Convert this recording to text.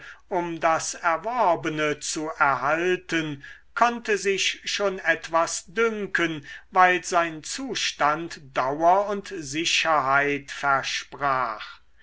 um das erworbene zu erhalten konnte sich schon etwas dünken weil sein zustand dauer und sicherheit versprach